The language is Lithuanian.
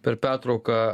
per pertrauką